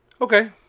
Okay